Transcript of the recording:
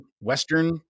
Western